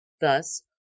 Thus